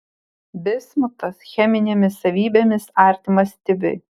bismutas cheminėmis savybėmis artimas stibiui